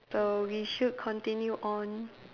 so we should continue on